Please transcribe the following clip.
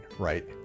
Right